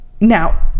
now